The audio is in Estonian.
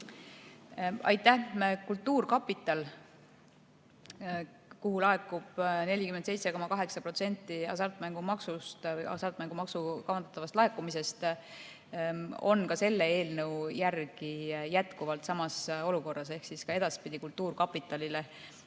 Aitäh! Kultuurkapital, kuhu laekub 47,8% hasartmängumaksu kavandatavast laekumisest, on ka selle eelnõu järgi jätkuvalt samas olukorras ehk ka edaspidi peaks kultuurkapitalile